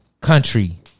Country